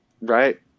Right